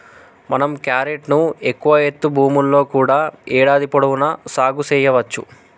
మనం క్యారెట్ ను ఎక్కువ ఎత్తు భూముల్లో కూడా ఏడాది పొడవునా సాగు సెయ్యవచ్చు